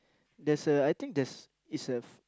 there's a I think there's is a